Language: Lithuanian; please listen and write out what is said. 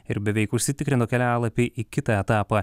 ir beveik užsitikrino kelialapį į kitą etapą